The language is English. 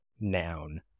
noun